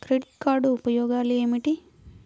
Credit card ఉపయోగాలు ఏమిటి?